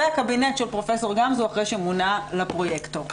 והקבינט של פרופ' גמזו אחרי שמונה לפרויקטור.